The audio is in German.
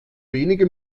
wenige